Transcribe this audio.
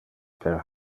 per